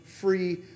free